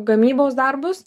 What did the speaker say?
gamybos darbus